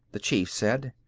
the chief said.